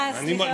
ארבעה, סליחה,